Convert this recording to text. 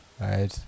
right